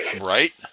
Right